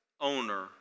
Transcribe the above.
owner